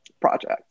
project